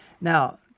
Now